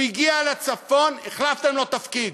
הוא הגיע לצפון, החלפתם לו תפקיד.